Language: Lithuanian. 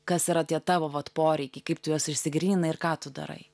kas yra tie tavo vat poreikiai kaip tu juos išsigryninai ir ką tu darai